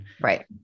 right